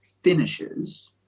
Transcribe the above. finishes